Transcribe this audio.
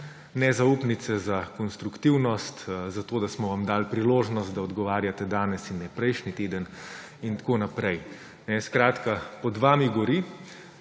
nezaupnice za konstruktivnost, da smo vam dali priložnost, da odgovarjate danes in ne prejšnji teden, in tako naprej. Skratka, pod vami gori,